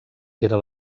era